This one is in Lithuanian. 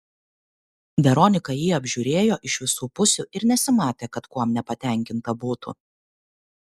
veronika jį apžiūrėjo iš visų pusių ir nesimatė kad kuom nepatenkinta būtų